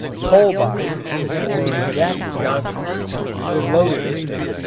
coal-boxes or jack johnsons were loaded with it.